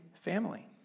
family